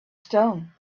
stone